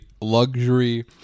luxury